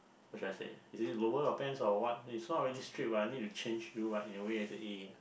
what should I say is it lower your pants or what it's not really strip but I need to change you like in a way as in